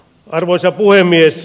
arvoisa puhemies